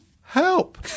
help